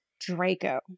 Draco